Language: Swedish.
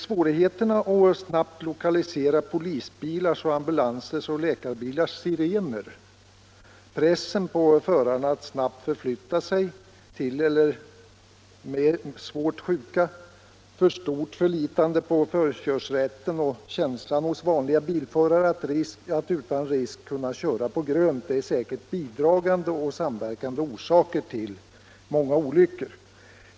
Svårigheten att snabbt lokalisera polisbilars, ambulansers och läkarbilars sirener, pressen på förarna att snabbt förflytta sig till eller med svårt sjuka, för stort förlitande på förkörsrätten och känslan hos vanliga bilförare att de utan risk kan köra mot grönt ljus är säkerligen bidragande orsaker till många olyckor.